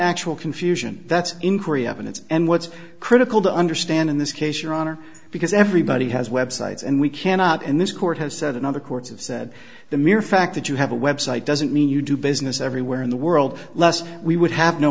actual confusion that's inquiry evidence and what's critical to understand in this case your honor because everybody has websites and we cannot and this court has said and other courts have said the mere fact that you have a website doesn't mean you do business everywhere in the world less we would have no